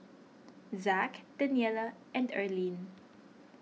Zack Daniella and Erlene